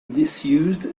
disused